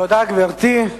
תודה, גברתי.